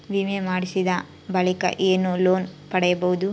ವಿಮೆ ಮಾಡಿಸಿದ ಬಳಿಕ ನಾನು ಲೋನ್ ಪಡೆಯಬಹುದಾ?